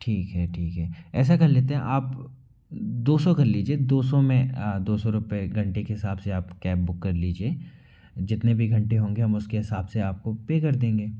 ठीक है ठीक है ऐसा कर लेते हैं आप दो सौ कर लीजिए दो सौ में दो सौ रुपये घंटे के हिसाब से आप कैब बुक कर लीजिए जितने भी घंटे होंगे हम उसके हिसाब से आपको पे कर देंगे